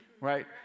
Right